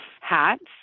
hats